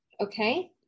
Okay